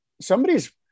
somebody's